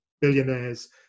billionaires